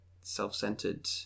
self-centered